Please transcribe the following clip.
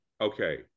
Okay